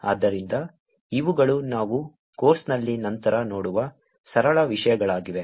ಆದ್ದರಿಂದ ಇವುಗಳು ನಾವು ಕೋರ್ಸ್ನಲ್ಲಿ ನಂತರ ನೋಡುವ ಸರಳ ವಿಷಯಗಳಾಗಿವೆ